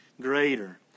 greater